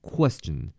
Question